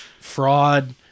fraud